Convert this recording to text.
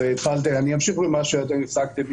אני אמשיך במה שאתם הפסקתם.